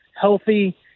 healthy